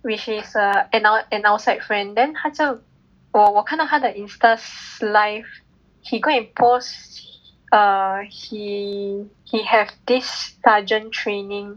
which is err an out~ an outside friend then 他就我我看到他的 Insta life he go and post err he he have this sergeant training